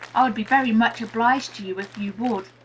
i would be very much obliged to you, if you would.